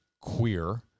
queer